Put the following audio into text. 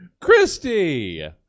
Christy